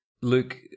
Luke